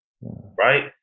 Right